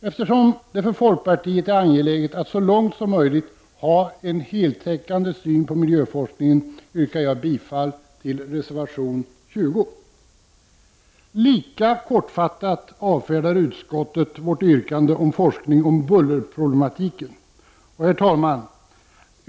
Eftersom det för folkpartiet är angeläget att så långt som möjligt ha en heltäckande syn på miljöforskningen yrkar jag bifall till reservation 20. Lika kortfattat avfärdar utskottet vårt yrkande om forskning om bullerproblematiken.